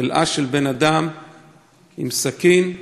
חלאה של בן-אדם עם סכין,